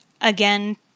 again